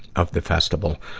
of the festival.